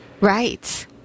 right